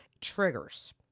triggers